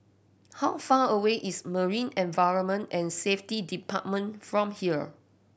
how far away is Marine Environment and Safety Department from here